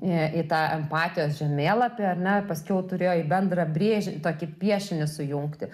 į į tą empatijos žemėlapį ar ne paskiau turėjo į bendrą brėžin tokį piešinį sujungti